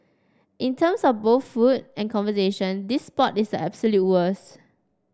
in terms of both food and conversation this spot is the absolute worst